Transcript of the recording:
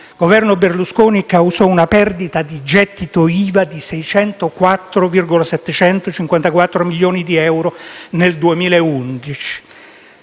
il Governo Berlusconi, causò una perdita di gettito IVA di 704,754 milioni di euro nel 2011.